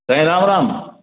Sai Ram Ram